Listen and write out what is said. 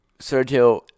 Sergio